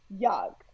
Yuck